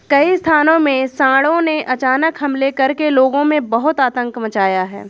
कई स्थानों में सांडों ने अचानक हमले करके लोगों में बहुत आतंक मचाया है